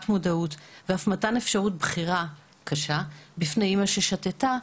מודעות ואף מתן אפשרות בחירה קשה בפני אמא ששתתה,